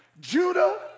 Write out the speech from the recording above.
Judah